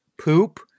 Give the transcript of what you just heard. poop